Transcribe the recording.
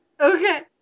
Okay